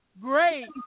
great